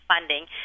funding